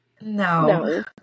no